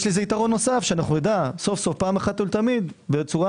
יש לזה יתרון נוסף שנדע סוף-סוף אחת ולתמיד בצורה